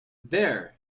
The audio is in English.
there